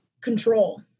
control